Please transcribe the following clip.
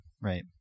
right